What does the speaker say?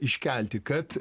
iškelti kad